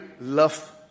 love